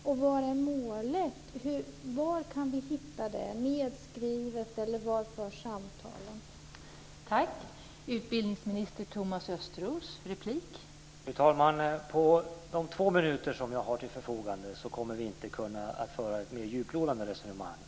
Och vad är målet, var finns det nedskrivet eller var förs samtalet om det?